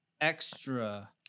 extra